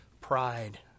pride